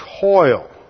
toil